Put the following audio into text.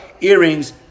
earrings